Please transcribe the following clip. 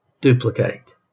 duplicate